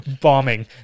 bombing